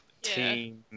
team